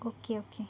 okay okay